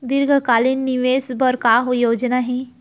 दीर्घकालिक निवेश बर का योजना हे?